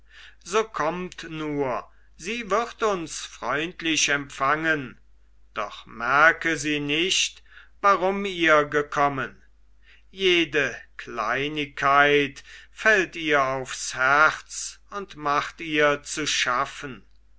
so kommt nur sie wird uns freundlich empfangen doch merke sie nicht warum ihr gekommen jede kleinigkeit fällt ihr aufs herz und macht ihr zu schaffen